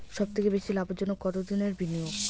সবথেকে বেশি লাভজনক কতদিনের বিনিয়োগ?